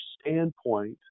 standpoint